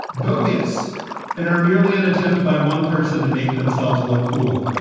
bogus and are merely an attempt by one person to make themselves look cool?